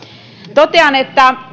totean että